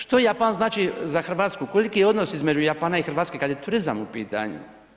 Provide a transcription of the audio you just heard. Što Japan znači za Hrvatsku, koliki je odnos između Japana i Hrvatske kad je turizam u pitanju?